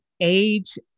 age